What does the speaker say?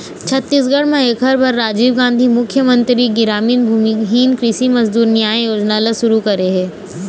छत्तीसगढ़ म एखर बर राजीव गांधी मुख्यमंतरी गरामीन भूमिहीन कृषि मजदूर नियाय योजना ल सुरू करे हे